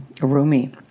Rumi